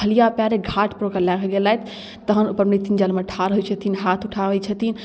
खलिआ पाएरे ओकरा घाटपर लऽ गेलथि तहन पबनैतिन जलमे ठाढ़ होइ छथिन हाथ उठाबै छथिन